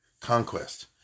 conquest